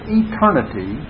eternity